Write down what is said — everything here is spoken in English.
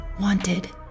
wanted